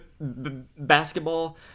basketball